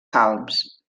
salms